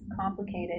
complicated